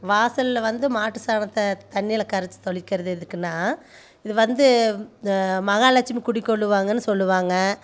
வாசலில் வந்து மாட்டு சாணத்தை தண்ணியில் கரைச்சி தெளிக்கிறது எதுக்குன்னால் இது வந்து இந்த மகாலட்சுமி குடிகொள்ளுவாங்கனு சொல்லுவாங்க